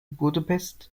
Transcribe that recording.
budapest